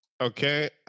Okay